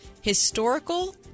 historical